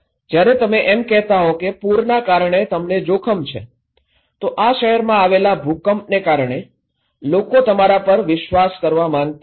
જ્યારે તમે એમ કહેતા હો કે પૂરનાં કારણે તમને જોખમ છે તો આ શહેરમાં આવેલા ભૂકંપને કારણે લોકો તમારા પર વિશ્વાસ કરવા માંગતા નથી